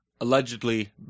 allegedly